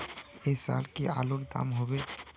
ऐ साल की आलूर र दाम होबे?